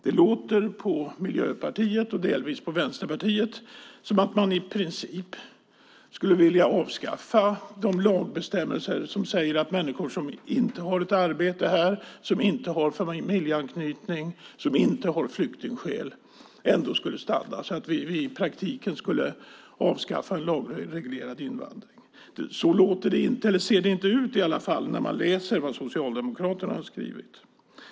Det låter på Miljöpartiet och delvis på Vänsterpartiet som att man i princip skulle vilja avskaffa de lagbestämmelser som säger att människor som inte har ett arbete här, som inte har familjeanknytning och som inte har flyktingskäl ändå skulle få stanna. I praktiken skulle vi avskaffa en lagreglerad invandring. Så ser det inte ut när man läser vad Socialdemokraterna har skrivit.